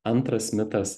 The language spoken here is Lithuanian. antras mitas